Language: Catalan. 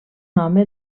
home